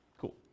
Cool